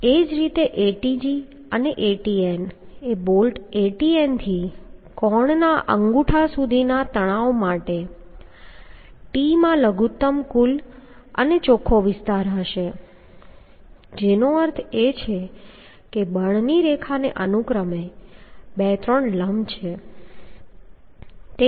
એ જ રીતે Atg અને Atn એ બોલ્ટ Atn થી કોણના અંગૂઠા સુધીના તણાવ માટે t માં લઘુત્તમ કુલ અને ચોખ્ખો વિસ્તાર હશે જેનો અર્થ છે કે બળની રેખાને અનુક્રમે 2 3 લંબ છે